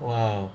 !wah!